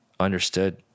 understood